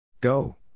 go